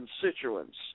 constituents